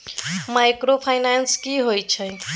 Microfinance की होय छै?